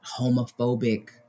homophobic